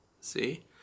See